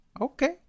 Okay